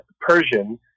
Persian